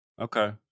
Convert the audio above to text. Okay